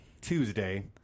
Tuesday